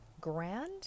grand